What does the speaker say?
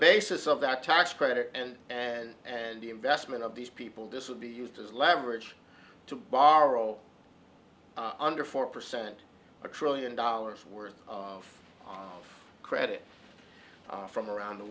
basis of that tax credit and and and the investment of these people this will be used as leverage to borrow under four percent a trillion dollars worth of credit from around the